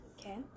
Okay